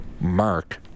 Mark